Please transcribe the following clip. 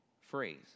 phrase